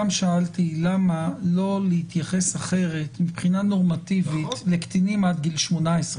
שאלתי למה לא להתייחס אחרת מבחינה נורמטיבית לקטינים עד גיל 18,